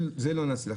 זה לא נעשה.